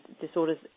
disorders